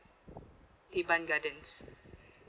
teban garden